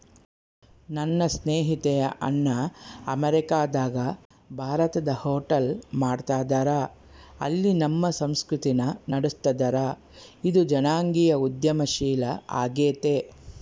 ನನ್ನ ಸ್ನೇಹಿತೆಯ ಅಣ್ಣ ಅಮೇರಿಕಾದಗ ಭಾರತದ ಹೋಟೆಲ್ ಮಾಡ್ತದರ, ಅಲ್ಲಿ ನಮ್ಮ ಸಂಸ್ಕೃತಿನ ನಡುಸ್ತದರ, ಇದು ಜನಾಂಗೀಯ ಉದ್ಯಮಶೀಲ ಆಗೆತೆ